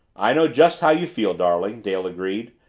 i know just how you feel, darling, dale agreed,